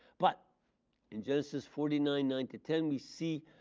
but in genesis forty nine nine ten we see,